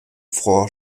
vor